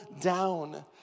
down